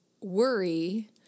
worry